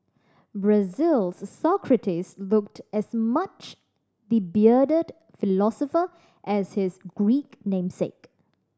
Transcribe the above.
Brazil's Socrates looked as much the bearded philosopher as his Greek namesake